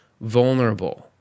vulnerable